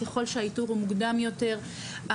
ככול שהאיתור הוא מוקדם יותר,